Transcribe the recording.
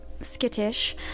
skittish